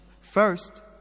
First